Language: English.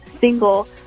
single